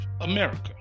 America